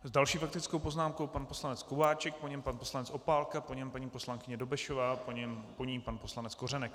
S další faktickou poznámkou pan poslanec Kováčik, po něm pan poslanec Opálka, po něm paní poslankyně Dobešová, po ní pan poslanec Kořenek.